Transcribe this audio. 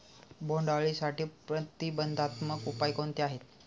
बोंडअळीसाठी प्रतिबंधात्मक उपाय कोणते आहेत?